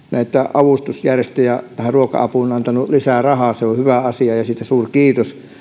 avustusjärjestöille ruoka apuun antanut lisää rahaa se on hyvä asia ja siitä suurkiitos